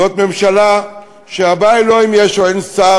זאת ממשלה שהבעיה היא לא אם יש או אין שר,